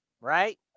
Right